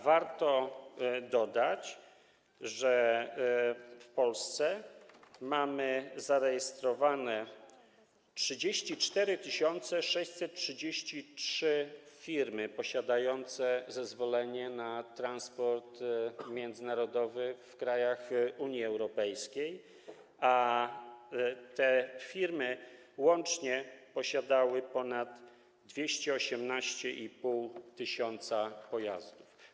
Warto dodać, że w Polsce mamy zarejestrowane 34 633 firmy posiadające zezwolenie na transport międzynarodowy w krajach Unii Europejskiej, a te firmy łącznie posiadały ponad 218,5 tys. pojazdów.